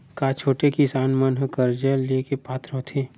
का छोटे किसान मन हा कर्जा ले के पात्र होथे?